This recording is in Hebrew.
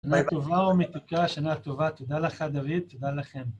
שנה טובה ומתוקה, שנה טובה, תודה לך דוד, תודה לכם